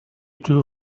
two